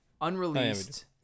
unreleased